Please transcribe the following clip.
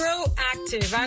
proactive